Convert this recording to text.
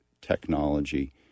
technology